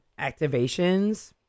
activations